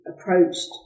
approached